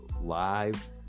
live